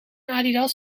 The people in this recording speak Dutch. adidas